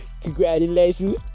Congratulations